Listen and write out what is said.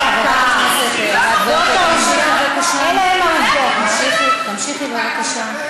חברת הכנסת ענת ברקו, תמשיכי בבקשה.